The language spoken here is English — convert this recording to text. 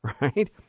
Right